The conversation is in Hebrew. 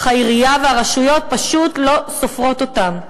אך העירייה והרשויות פשוט לא סופרות אותם.